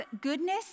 goodness